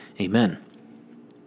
Amen